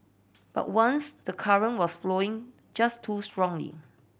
but once the current was flowing just too strongly